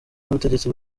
n’ubutegetsi